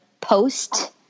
post